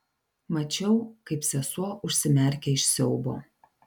mačiau kaip sesuo užsimerkia iš siaubo